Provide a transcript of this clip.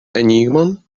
enigmon